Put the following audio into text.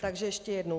Takže ještě jednou.